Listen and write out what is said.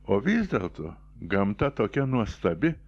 o vis dėlto gamta tokia nuostabi